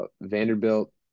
Vanderbilt